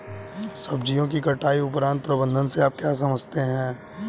सब्जियों के कटाई उपरांत प्रबंधन से आप क्या समझते हैं?